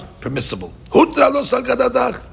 permissible